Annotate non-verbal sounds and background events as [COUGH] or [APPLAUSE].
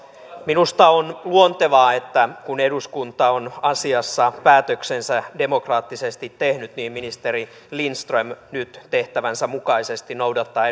minusta on luontevaa että kun eduskunta on asiassa päätöksensä demokraattisesti tehnyt niin ministeri lindström nyt tehtävänsä mukaisesti noudattaa [UNINTELLIGIBLE]